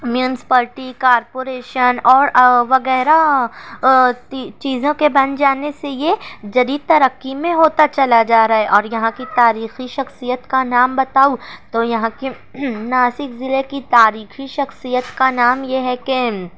municipality corporation اور وغیرہ چیزوں کے بن جانے سے یہ جدید ترقی میں ہوتا چلا جا رہا ہے اور یہاں کی تاریخی شخصیت کا نام بتاؤں تو یہاں کی ناسک ضلعے کی تاریخی شخصیت کا نام یہ ہے کہ